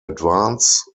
advance